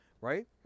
right